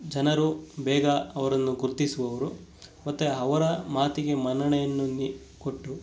ಜನರು ಬೇಗ ಅವರನ್ನು ಗುರುತಿಸುವವ್ರು ಮತ್ತು ಅವರ ಮಾತಿಗೆ ಮನ್ನಣೆಯನ್ನು ನೀ ಕೊಟ್ಟು